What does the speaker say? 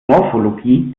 morphologie